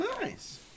Nice